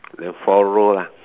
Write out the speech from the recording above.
then four row lor